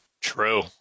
true